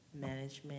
management